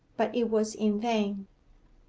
but it was in vain.